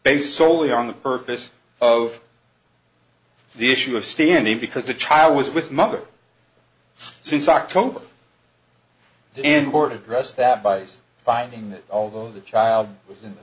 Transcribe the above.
based solely on the purpose of the issue of standing because the child was with mother since october the n word addressed that beis finding that although the child was in the